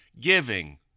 giving